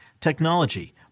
technology